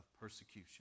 Persecution